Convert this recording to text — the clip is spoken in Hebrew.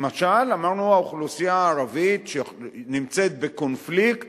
למשל, אמרנו, האוכלוסייה הערבית שנמצאת בקונפליקט